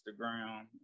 Instagram